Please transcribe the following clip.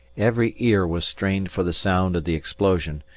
every ear was strained for the sound of the explosion,